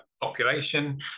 population